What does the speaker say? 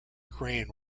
crane